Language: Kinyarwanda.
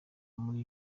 muri